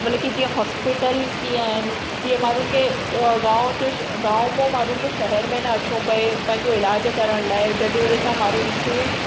मतलबु की जीअं हॉस्पिटल कीअं आहिनि तीअं माण्हुनि खे गांव जे गांव मां माण्हू खे शहर में न अचिणो पिए पंहिंजो इलाजु करण लाइ जेॾी महिल असां माण्हुनि जी